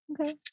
okay